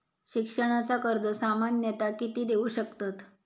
शिक्षणाचा कर्ज सामन्यता किती देऊ शकतत?